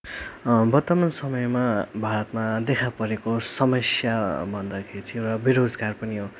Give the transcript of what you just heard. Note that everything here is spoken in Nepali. वर्तमान समयमा भारतमा देखापरेको समस्या भन्दाखेरि चाहिँ एउटा बेरोजगार पनि हो